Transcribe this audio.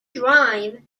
drive